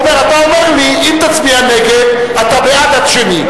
הוא אומר, אתה אומר לי אם תצביע נגד אתה בעד השני.